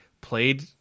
played